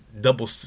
double